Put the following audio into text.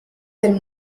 del